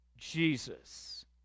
Jesus